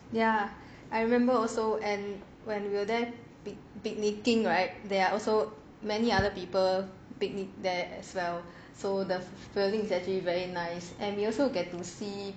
ya I remember also and when we were there pic~ picnicking right there are also many other people picnic there as well so the feeling is actually very nice and we also get to see